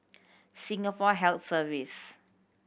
Singapore Health Service